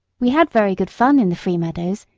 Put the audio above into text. we had very good fun in the free meadows,